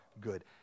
good